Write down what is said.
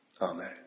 Amen